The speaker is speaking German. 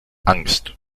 angst